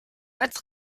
als